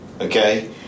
okay